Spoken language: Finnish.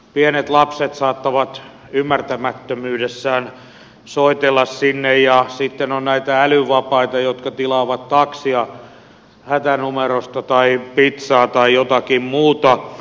pienet lapset saattavat ymmärtämättömyydessään soitella sinne ja sitten on näitä älyvapaita jotka tilaavat taksia hätänumerosta tai pitsaa tai jotakin muuta